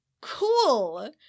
Cool